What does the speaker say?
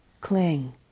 cling